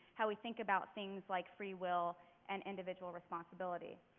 how we think about things like free will and individual responsibility.